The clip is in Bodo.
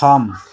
थाम